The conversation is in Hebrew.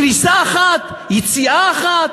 כניסה אחת, יציאה אחת.